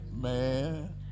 Man